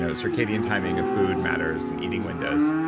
ah circadian timing of food matters and eating windows.